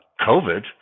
COVID